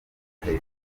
hejuru